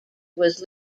was